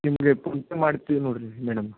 ನಿಮಗೆ ಪೋನ್ಪೇ ಮಾಡ್ತೀವಿ ನೋಡ್ರಿ ಮೇಡಮ್